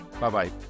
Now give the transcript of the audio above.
bye-bye